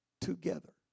together